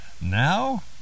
Now